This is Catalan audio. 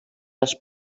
les